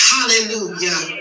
Hallelujah